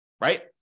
Right